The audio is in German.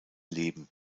leben